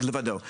לבדו.